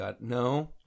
No